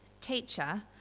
teacher